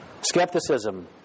Skepticism